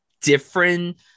different –